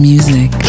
Music